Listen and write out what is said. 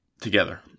together